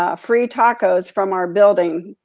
ah free tacos from our building,